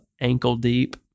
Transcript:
ankle-deep